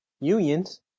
unions